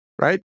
right